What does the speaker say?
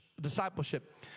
discipleship